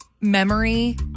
memory